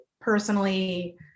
personally